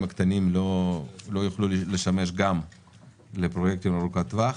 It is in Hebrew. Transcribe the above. הקטנים לא יוכלו לשמש גם לפרויקט ארוכת טווח,